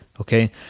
Okay